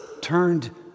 turned